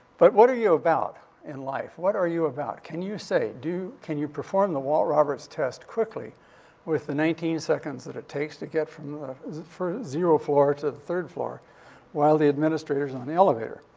but what are you about in life? what are you about? can you say do can you perform the walt roberts test quickly with the nineteen seconds that it takes to get from the is it for zero floor to the third floor while the administrator's on the elevator?